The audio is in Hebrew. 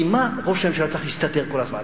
כי מה ראש הממשלה צריך להסתתר כל הזמן?